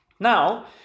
Now